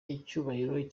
icyubahiro